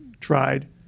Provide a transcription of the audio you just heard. tried